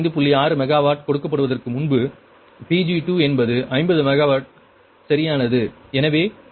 6 megawatt கொடுக்கப்படுவதற்கு முன்பு Pg2 என்பது 50 மெகாவாட் சரியானது எனவே P2Pg2 PL2 255